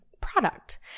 product